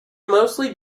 mostly